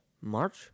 March